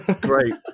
great